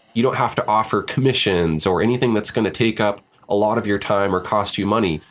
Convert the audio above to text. you don't have to offer commissions or anything that's going to take up a lot of your time or cost you money.